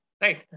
right